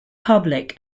public